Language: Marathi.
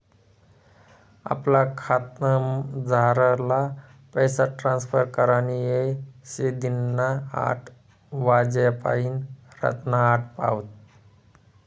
आपला खातामझारला पैसा ट्रांसफर करानी येय शे दिनना आठ वाज्यापायीन रातना आठ पावत